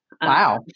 Wow